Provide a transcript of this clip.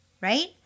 right